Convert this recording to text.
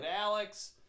Alex